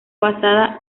basada